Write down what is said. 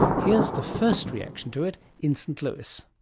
here's the first reaction to it in st. louis.